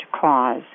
cause